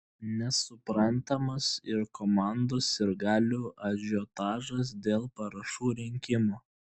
nesuprantamas ir komandos sirgalių ažiotažas dėl parašų rinkimo